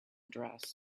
dress